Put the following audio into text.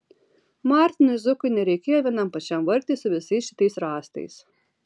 martinui zukui nereikėjo vienam pačiam vargti su visais šitais rąstais